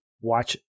watch